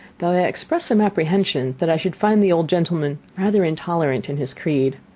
though i expressed some apprehension that i should find the old gentleman rather intolerant in his creed.